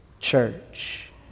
church